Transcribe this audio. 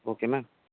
okay ma'am